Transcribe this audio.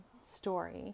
story